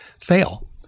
fail